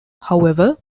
however